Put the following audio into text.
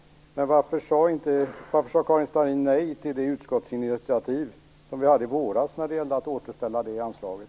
Men varför sade Karin Starrin nej till det utskottsinitiativ som vi tog i våras för att återställa det anslaget?